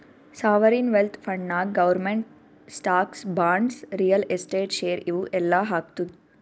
sovereign wealth ಫಂಡ್ನಾಗ್ government stocks, bonds, real estate, share ಇವು ಎಲ್ಲಾ ಹಾಕ್ತುದ್